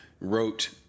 wrote